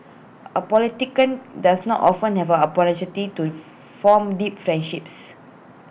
A politician does not often have A opportunity to form deep friendships